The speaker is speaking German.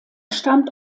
stammt